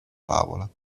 favola